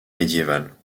médiévale